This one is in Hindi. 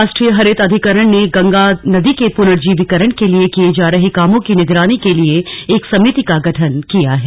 राष्ट्रीय हरित अधिकरण ने गंगा नदी के पुनर्जीवीकरण के लिए किए जा रहे कामों की निगरानी के लिए एक समिति का गठन किया है